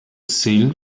seal